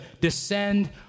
descend